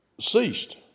ceased